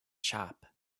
shop